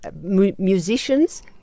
Musicians